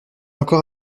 encore